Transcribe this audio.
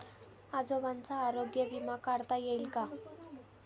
आजोबांचा आरोग्य विमा काढता येईल का?